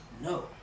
No